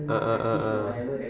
ah ah ah